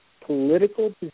political